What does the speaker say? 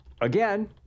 again